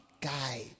guide